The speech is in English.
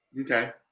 Okay